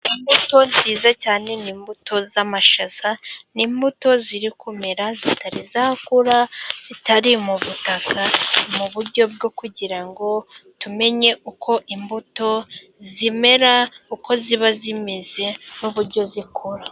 Imbuto nziza cyane, ni imbuto z'amashaza, ni imbuto ziri kumera zitari zakura, zitari mu butaka, mu buryo bwo kugira ngo tumenye uko imbuto zimera, uko ziba zimeze, n'uburyo zikura.